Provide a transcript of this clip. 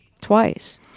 twice